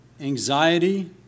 anxiety